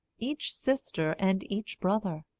each sister and each brother.